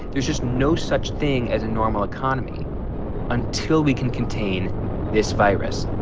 there's just no such thing as a normal economy until we can contain this virus